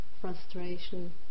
frustration